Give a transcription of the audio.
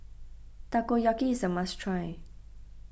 Takoyaki is a must try